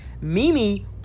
Mimi